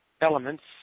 elements